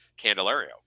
Candelario